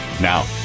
Now